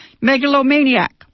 megalomaniac